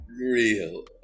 real